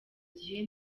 gihe